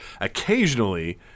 occasionally